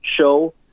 show